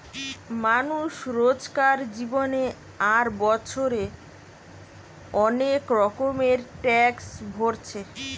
মানুষ রোজকার জীবনে আর বছরে অনেক রকমের ট্যাক্স ভোরছে